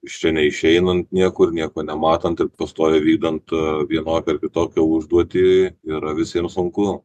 iš čia neišeinant niekur nieko nematant ir pastoviai vykdant vienokią ar kitokią užduotį yra visiems sunku